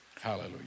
Hallelujah